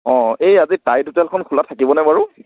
অঁ এই আজি টাইড হোটেলখন খোলা থাকিব নে বাৰু